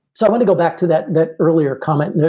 so i want to go back to that that earlier comment, and